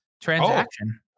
transaction